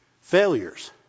failures